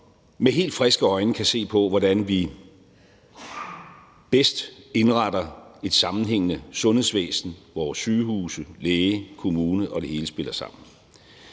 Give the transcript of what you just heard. med helt friske øjne kan se på, hvordan vi bedst indretter et sammenhængende sundhedsvæsen, hvor sygehuse, læge, kommune og det hele spiller sammen.